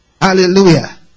Hallelujah